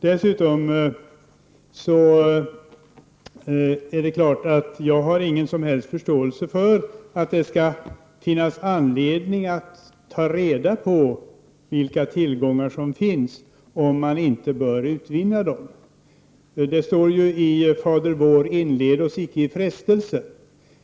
Det är klart att jag inte har någon som helst förståelse för att det skall finnas anledning att ta reda på vilka tillgångar som finns, om man inte bör utvinna dem. Det står i Fader vår: inled oss icke i frestelse!